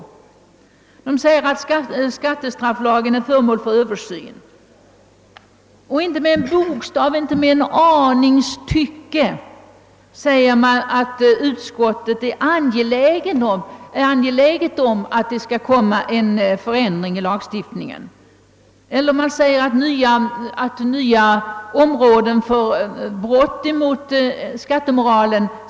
Utskottet skriver att skattestrafflagstiftningen är föremål för översyn men anger inte med en enda bokstav att utskottet anser det angeläget att ändra lagstiftningen eller straffbelägga nya områden för brott mot skattemoralen.